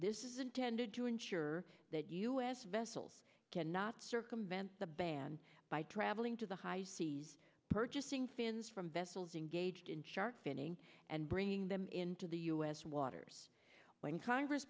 this is intended to ensure that u s vessels cannot circumvent the ban by traveling to the high seas purchasing fins from vessels engaged in shark finning and bringing them into the u s waters when congress